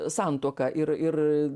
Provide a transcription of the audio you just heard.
santuoka ir ir